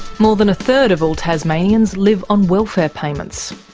more than a third of all tasmanians live on welfare payments.